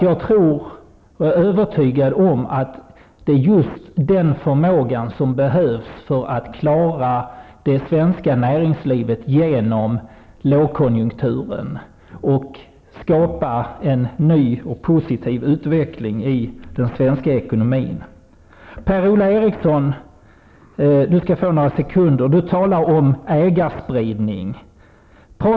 Jag är övertygad om att det är just denna förmåga som behövs för att klara det svenska näringslivet genom lågkonjunkturen och skapa en ny och positiv utveckling i den svenska ekonomin. Per-Ola Eriksson talar om ägarspridning.